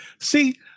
See